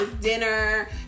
dinner